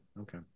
okay